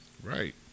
Right